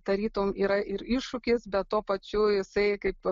tarytum yra ir iššūkis bet tuo pačiu jisai kaip